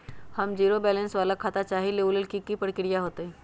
हम zero balance वाला खाता चाहइले वो लेल की की प्रक्रिया होतई?